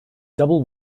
double